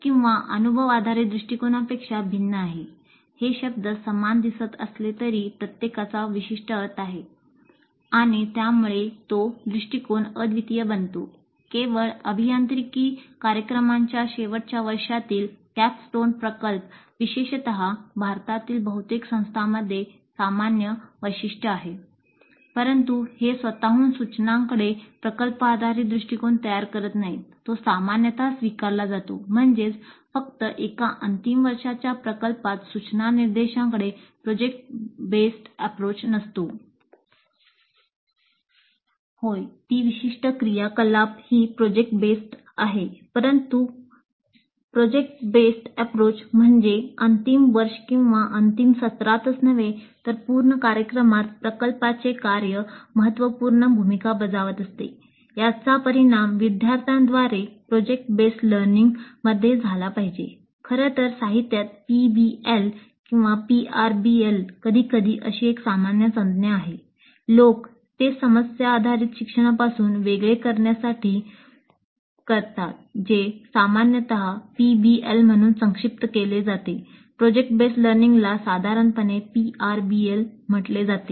होय ती विशिष्ट क्रियाकलाप ही प्रकल्प आधारित साधारणपणे पीआरबीएल म्हटले जाते